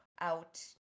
out